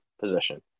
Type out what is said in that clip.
position